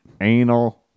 anal